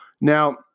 Now